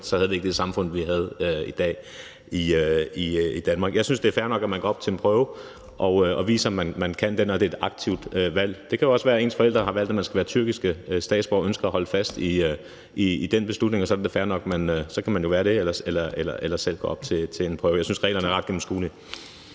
havde vi ikke det samfund, vi har i dag i Danmark. Jeg synes, det er fair nok, at man går op til en prøve og viser, at man kan det, når det er et aktivt valg. Det kan også være, at ens forældre har valgt, at man skal være tyrkisk statsborger og ønsker at holde fast i den beslutning, og så kan man jo være det eller selv gå op til en prøve. Jeg synes, at reglerne er ret gennemskuelige.